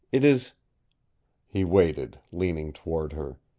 it is he waited, leaning toward her.